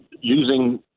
using